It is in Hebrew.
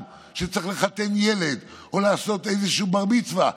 שצריך לחתן ילד או לעשות איזושהי בר-מצווה,